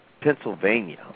Pennsylvania